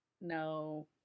No